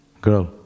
Girl